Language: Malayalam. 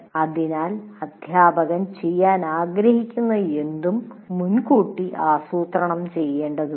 അതിനാൽ ഒരു അധ്യാപകൻ ചെയ്യാൻ ആഗ്രഹിക്കുന്ന എന്തും മുൻകൂട്ടി ആസൂത്രണം ചെയ്യേണ്ടതുണ്ട്